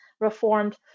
reformed